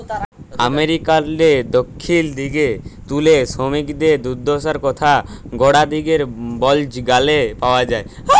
আমেরিকারলে দখ্খিল দিগে তুলে সমিকদের দুদ্দশার কথা গড়া দিগের বল্জ গালে পাউয়া যায়